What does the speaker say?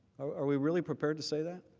are we really prepared to say that?